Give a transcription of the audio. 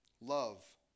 Love